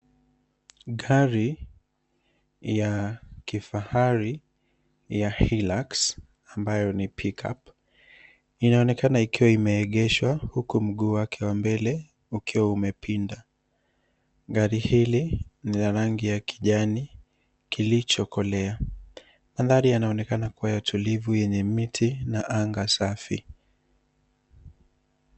Gari ya kifahari ya[ Hilux ]ambayo ni[ pick up] inaonekana ikiwa imeegeshwa huku mguu wake wa mbele ukiwa umepinda, Gari hili lina rangi ya kijani kilichokolea. Mandhari inaonekana kuwa ya tulivu yenye miti na anga safi.